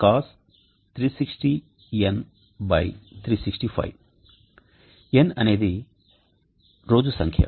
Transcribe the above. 033 Cos 360N 365 N అనేది రోజు సంఖ్య